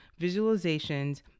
visualizations